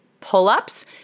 pull-ups